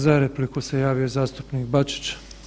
Za repliku se javio zastupnik Bačić.